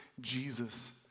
Jesus